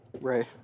Right